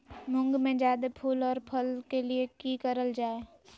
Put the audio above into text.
मुंग में जायदा फूल और फल के लिए की करल जाय?